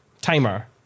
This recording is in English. timer